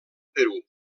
perú